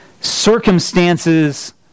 circumstances